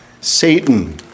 Satan